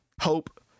hope